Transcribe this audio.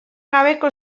gabeko